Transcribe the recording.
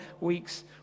week's